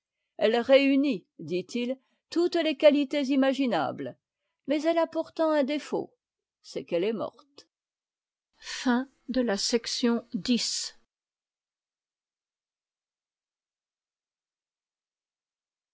elle réunit dit-il toutes les qualités imaginables mais elle a pourtant un défaut c'est qu'elle est morte chapitre